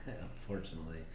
unfortunately